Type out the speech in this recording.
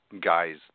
Guys